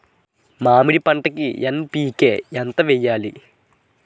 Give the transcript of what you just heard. మామిడి పంటకి ఎన్.పీ.కే ఎంత వెయ్యాలి?